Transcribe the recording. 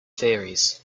theories